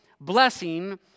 blessing